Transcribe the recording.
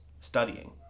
studying